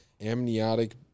amniotic